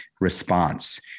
response